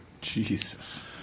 Jesus